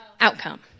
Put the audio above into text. outcome